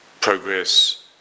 progress